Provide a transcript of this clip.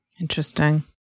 Interesting